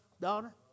daughter